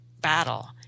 battle